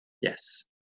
yes